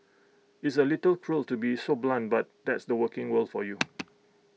it's A little cruel to be so blunt but that's the working world for you